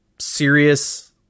serious